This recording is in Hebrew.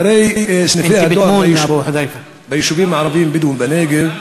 הרי ביישובים הערביים-הבדואיים בנגב,